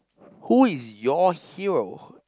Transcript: who is your hero